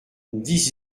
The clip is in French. dix